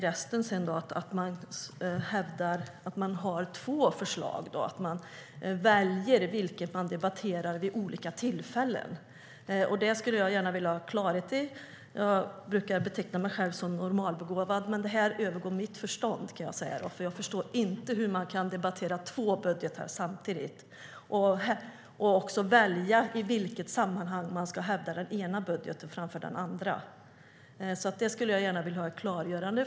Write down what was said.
Markus hävdar att man har två förslag och väljer vilket som man debatterar vid olika tillfällen. Jag skulle gärna vilja ha klarhet i detta. Jag brukar beteckna mig själv som normalbegåvad, men det här övergår mitt förstånd. Jag förstår inte hur man kan debattera två budgetar samtidigt och också välja i vilket sammanhang som man ska hävda den ena budgeten framför den andra. Här skulle jag gärna vilja ha ett klargörande.